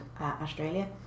Australia